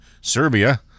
Serbia